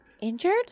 injured